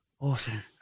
Awesome